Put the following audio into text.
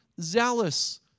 zealous